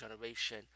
Generation